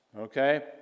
okay